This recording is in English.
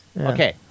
okay